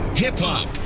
Hip-hop